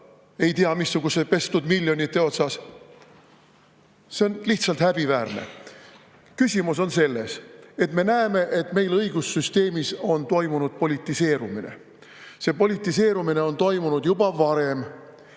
siin saalis neid laimata – see on lihtsalt häbiväärne. Küsimus on selles, et me näeme, et meil õigussüsteemis on toimunud politiseerumine. Politiseerumine on toimunud juba varem.